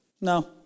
No